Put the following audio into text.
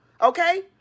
okay